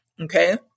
Okay